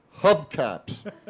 Hubcaps